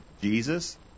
Jesus